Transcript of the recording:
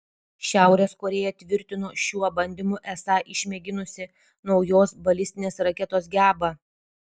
šiaurės korėja tvirtino šiuo bandymu esą išmėginusi naujos balistinės raketos gebą